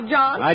John